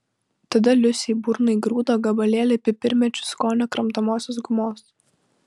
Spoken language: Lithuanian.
tada liusei į burną įgrūdo gabalėlį pipirmėčių skonio kramtomosios gumos